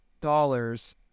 dollars